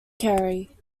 kerry